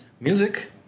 music